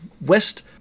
West*